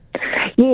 Yes